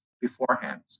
beforehand